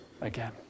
again